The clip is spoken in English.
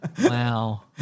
wow